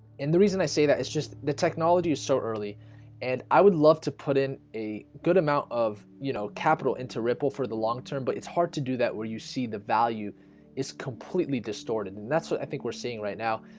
and the reason i say that it's just the technology is so early and i would love to put in a good amount of you know capital into ripple for the long term, but it's hard to do that where you see the value it's completely distorted, and that's what i think we're seeing right now.